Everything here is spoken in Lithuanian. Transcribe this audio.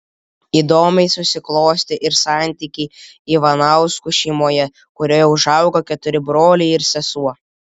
įdomiai susiklostė ir santykiai ivanauskų šeimoje kurioje užaugo keturi broliai ir sesuo